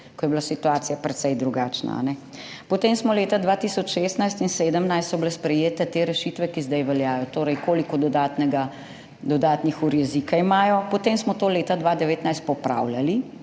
ko je bila situacija precej drugačna. Potem so bile leta 2016 in 2017 sprejete te rešitve, ki zdaj veljajo, torej koliko dodatnih ur jezika imajo, potem smo to leta 2019 popravljali,